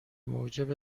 موجب